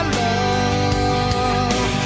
love